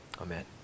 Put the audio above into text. Amen